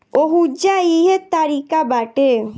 ओहुजा इहे तारिका बाटे